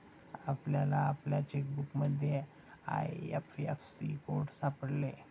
आपल्याला आपल्या चेकबुकमध्ये आय.एफ.एस.सी कोड सापडेल